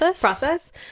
Process